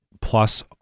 plus